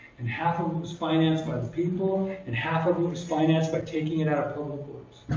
and half of it was financed by the people, and half of it was financed by taking it out of public works.